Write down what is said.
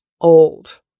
old